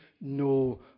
no